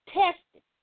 tested